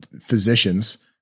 physicians